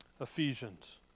Ephesians